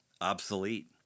obsolete